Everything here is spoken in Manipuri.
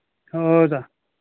ꯍꯣꯏ ꯍꯣꯏ ꯑꯣꯖꯥ